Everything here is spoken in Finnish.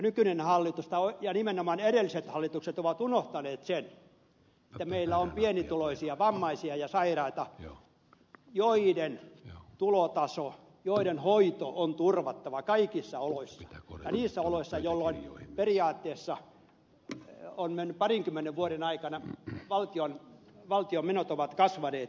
nykyinen hallitus ja nimenomaan edelliset hallitukset ovat unohtaneet sen että meillä on pienituloisia vammaisia ja sairaita joiden tulotaso joiden hoito on turvattava kaikissa oloissa ja niissä oloissa jolloin periaatteessa parinkymmenen vuoden aikana valtion menot ovat kasvaneet